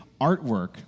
artwork